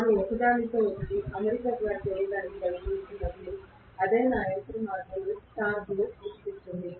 వారు ఒకదానితో ఒకటి అమరికగా చేయడానికి ప్రయత్నిస్తున్నప్పుడు అదే నా యంత్రంలో టార్క్ సృష్టిస్తోంది